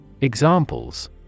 Examples